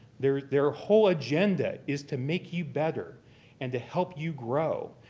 their their whole agenda is to make you better and to help you grow.